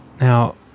Now